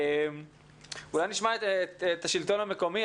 אולי נשמע את השלטון המקומי.